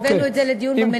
הבאנו את זה לדיון במליאה.